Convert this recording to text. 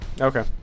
Okay